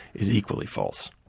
is equally false.